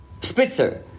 Spitzer